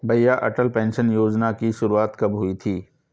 भैया अटल पेंशन योजना की शुरुआत कब हुई थी?